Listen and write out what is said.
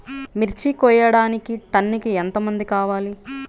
మిర్చి కోయడానికి టన్నుకి ఎంత మంది కావాలి?